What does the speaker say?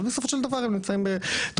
אבל בסופו של דבר הם נמצאים בתופעת